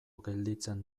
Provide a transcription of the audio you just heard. gelditzen